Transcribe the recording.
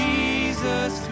Jesus